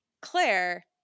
Claire